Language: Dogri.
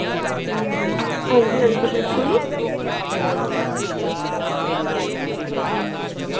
हां जी हां जी बिल्कुल